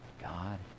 God